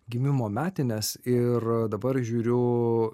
gimimo metines ir dabar žiūriu